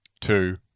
two